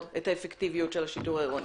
ממנו את האפקטיביות של השיטור העירוני.